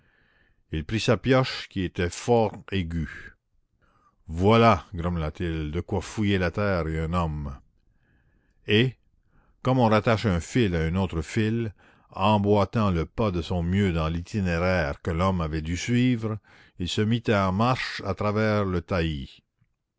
il prit sa pioche qui était fort aiguë voilà grommela-t-il de quoi fouiller la terre et un homme et comme on rattache un fil à un autre fil emboîtant le pas de son mieux dans l'itinéraire que l'homme avait dû suivre il se mit en marche à travers le